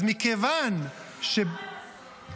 אז מכיוון --- אבל למה הם עשו את זה?